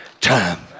time